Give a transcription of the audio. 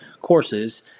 courses